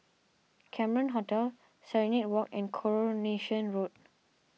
Cameron Hotel Serenade Walk and Coronation Road